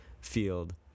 field